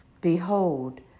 Behold